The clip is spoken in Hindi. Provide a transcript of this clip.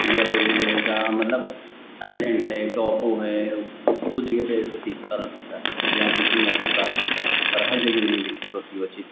या फ़िर ऐसा मतलब आइलैन्ड है टापू है उस जगह पर ऐसी सीपी पालन होता है जी हाँ जिसमें मोती प्राप्त होता है और हर जगह नहीं विकसित होती वह चीज़